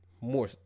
more